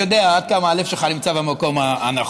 אני יודע עד כמה הלב שלך נמצא במקום הנכון.